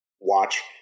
watch